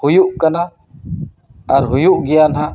ᱦᱩᱭᱩᱜ ᱠᱟᱱᱟ ᱟᱨ ᱦᱩᱭᱩᱜ ᱜᱮᱭᱟ ᱱᱟᱦᱟᱜ